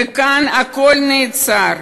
וכאן הכול נעצר.